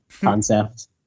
concept